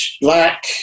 black